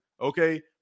Okay